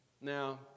Now